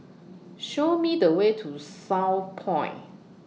Show Me The Way to Southpoint